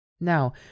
Now